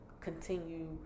continue